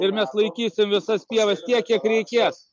ir mes laikysim visas pievas tiek kiek reikės